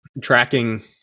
tracking